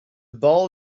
bal